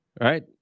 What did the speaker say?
right